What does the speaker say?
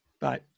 bye